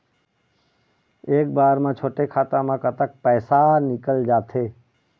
एक बार म छोटे खाता म कतक पैसा निकल जाथे?